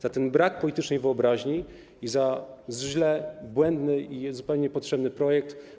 Za ten brak politycznej wyobraźni i za zły, błędny i zupełnie niepotrzebny projekt.